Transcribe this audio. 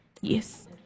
yes